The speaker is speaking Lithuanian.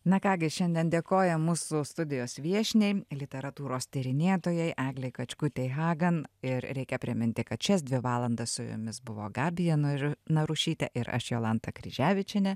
na ką gi šiandien dėkojam mūsų studijos viešniai literatūros tyrinėtojai eglei kačkutei hagan ir reikia priminti kad šias dvi valandas su jumis buvo gabija na narušytė ir aš jolanta kryževičienė